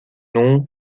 nom